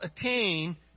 attain